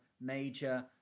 major